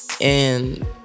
and-